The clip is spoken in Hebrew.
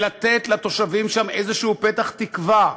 ולתת לתושבים שם איזה פתח תקווה,